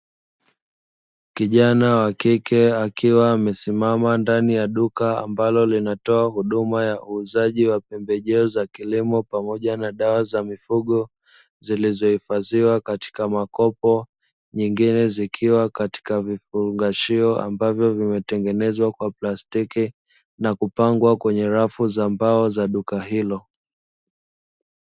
Kijana wa kike akiwa amesimama ndani ya duka, ambalo linatoa huduma ya uuzaji wa pembejeo za kilimo pamoja na dawa za mifugo, zilizohifadhiwa katika makopo, nyingine zikiwa katika vifungashio ambavyo vimetengenezwa kwa plastiki na kupangwa kwenye rafu za mbao za duka hilo.